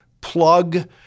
plug